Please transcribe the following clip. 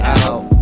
out